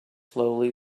slowly